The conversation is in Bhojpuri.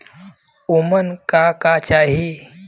उमन का का चाही?